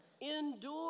Endure